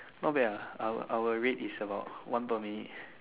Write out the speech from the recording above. not bad ah our our rate is about one per minute